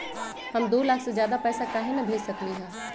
हम दो लाख से ज्यादा पैसा काहे न भेज सकली ह?